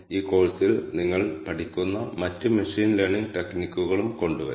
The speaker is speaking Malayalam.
ഈ കേസ് സ്റ്റഡിക്കുള്ള ഡാറ്റtrip details dot csv എന്ന പേരിൽ ഒരു ഫയലിൽ നൽകിയിരിക്കുന്നു